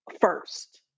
first